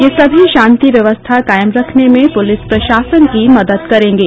ये सभी शांति व्यवस्था कायम रखने में पुलिस प्रशासन की मदद करेंगे